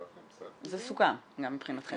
זה סוכם גם מבחינתכם.